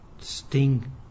sting